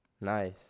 Nice